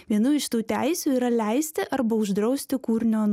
viena iš tų teisių yra leisti arba uždrausti kūrinio